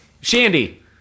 Shandy